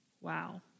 Wow